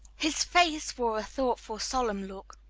his face wore a thoughtful, solemn look.